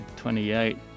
28